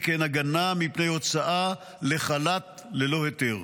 וכן הגנה מפני הוצאה לחל"ת ללא היתר.